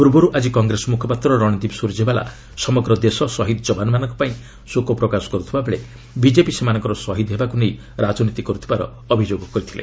ପୂର୍ବରୁ ଆଜି କଂଗ୍ରେସ ମୁଖପାତ୍ର ରଣଦୀପ ସ୍ଟର୍ଯ୍ୟବାଲା ସମଗ୍ର ଦେଶ ଶହୀଦ୍ ଯବାନମାନଙ୍କ ପାଇଁ ଶୋକ ପ୍ରକାଶ କରୁଥିବା ବେଳେ ବିଜେପି ସେମାନଙ୍କ ଶହୀଦ୍ ହେବାକୁ ନେଇ ରାଜନୀତି କରୁଥିବାର ଅଭିଯୋଗ କରିଥିଲେ